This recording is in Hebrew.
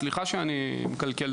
סליחה שאני מקלקל.